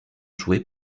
joué